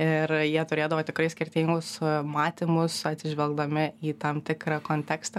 ir jie turėdavo tikrai skirtingus matymus atsižvelgdami į tam tikrą kontekstą